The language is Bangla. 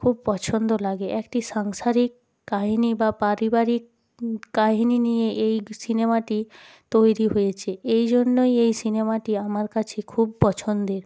খুব পছন্দ লাগে একটি সাংসারিক কাহিনী বা পারিবারিক কাহিনী নিয়ে এই সিনেমাটি তৈরি হয়েছে এই জন্যই এই সিনেমাটি আমার কাছে খুব পছন্দের